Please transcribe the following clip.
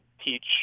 teach